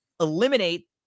eliminate